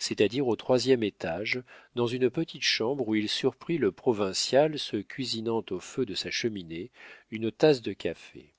c'est-à-dire au troisième étage dans une petite chambre où il surprit le provincial se cuisinant au feu de sa cheminée une tasse de café